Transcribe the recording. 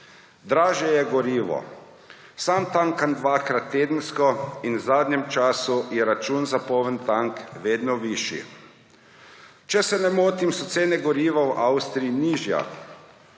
Dražje je gorivo. Sam tankam dvakrat tedensko in v zadnjem času je račun za poln tank vedno višji. Če se ne motim, so cene goriva v Avstriji nižje.